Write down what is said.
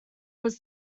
was